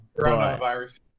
coronavirus